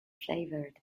flavored